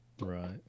right